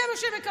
זה מה שמקבלים,